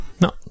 No